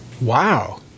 Wow